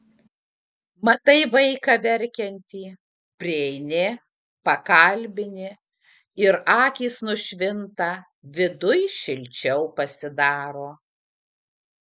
matai vaiką verkiantį prieini pakalbini ir akys nušvinta viduj šilčiau pasidaro